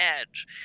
edge